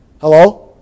Hello